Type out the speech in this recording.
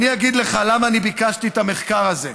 אני אגיד לך למה אני ביקשתי את המחקר הזה.